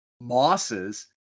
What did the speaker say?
mosses